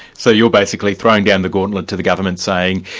so you're basically throwing down the gauntlet to the government saying,